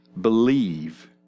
believe